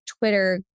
Twitter